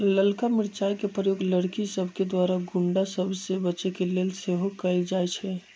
ललका मिरचाइ के प्रयोग लड़कि सभके द्वारा गुण्डा सभ से बचे के लेल सेहो कएल जाइ छइ